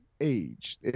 age